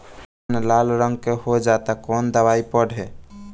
धान लाल रंग के हो जाता कवन दवाई पढ़े?